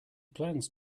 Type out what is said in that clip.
plans